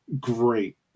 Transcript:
great